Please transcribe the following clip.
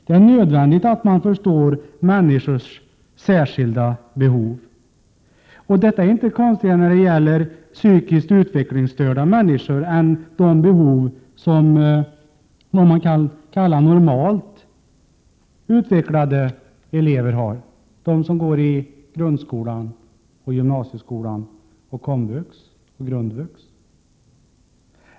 Det är nödvändigt att man förstår människors särskilda behov, och detta är inte konstigare när det gäller psykiskt utvecklingsstörda människor än när det gäller vad man kan kalla normalt utvecklade elever — de som går i grundskolan, gymnasieskolan, komvux och grundvux.